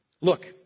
Look